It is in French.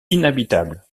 inhabitable